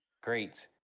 great